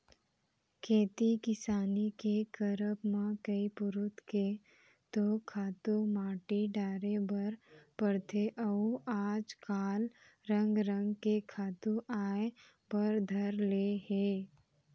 खेती किसानी के करब म कई पुरूत के तो खातू माटी डारे बर परथे अउ आज काल रंग रंग के खातू आय बर धर ले हे